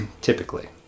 typically